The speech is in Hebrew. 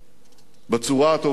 בצורה הטובה ביותר.